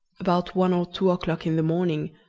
about one or two o'clock in the morning,